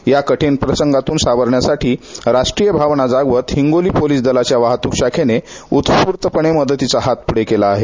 या कठीण प्रसंगातून सावरण्यासाठी राष्ट्रीय भावना जागवत हिंगोली पोलिस दलाच्या वाहतूक शाखेने उत्स्फूर्तपणे मदतीचा हात पुढे केला आहे